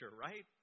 right